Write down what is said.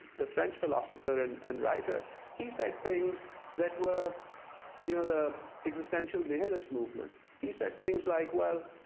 the french philosopher and and writer he said things that were you know, the existential nihilist movement he said things like, well,